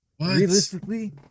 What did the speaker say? realistically